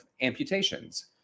amputations